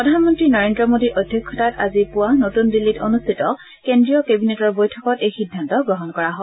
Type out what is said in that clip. প্ৰধানমন্ত্ৰী নৰেন্দ্ৰ মোদীৰ অধ্যক্ষতাত আজি পুৱা নতুন দিল্লীত অনুষ্ঠিত কেন্দ্ৰীয় কেবিনেটৰ বৈঠকত এই সিদ্ধান্ত গ্ৰহণ কৰা হয়